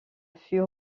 fut